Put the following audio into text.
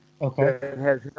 Okay